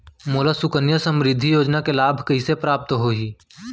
मोला सुकन्या समृद्धि योजना के लाभ कइसे प्राप्त होही?